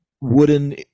wooden